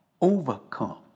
overcome